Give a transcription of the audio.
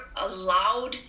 allowed